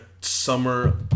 summer